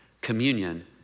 Communion